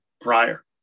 prior